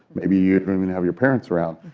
maybe you're don't even have your parents around.